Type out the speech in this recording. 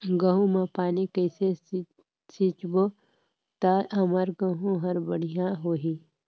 गहूं म पानी कइसे सिंचबो ता हमर गहूं हर बढ़िया होही?